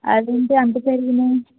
అదేంటి అంత పెరిగినాయి